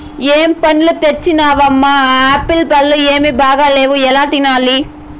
ఏం పండ్లు తెచ్చినవమ్మ, ఆ ఆప్పీల్లు ఏమీ బాగాలేవు ఎలా తినాలి